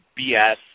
BS